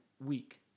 week